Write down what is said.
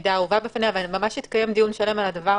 המידע הובא בפניה, והתקיים דיון שלם בנושא.